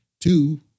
Two